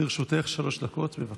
לרשותך שלוש דקות, בבקשה.